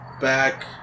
back